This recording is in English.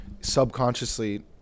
subconsciously